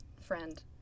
friend